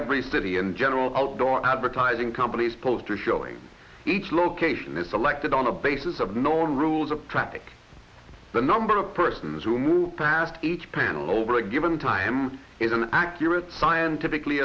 every city in general outdoor advertising companies post or showing each location is selected on the basis of known rules of traffic the number of persons who move past each panel over a given time in an accurate scientifically